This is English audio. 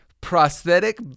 prosthetic